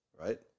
right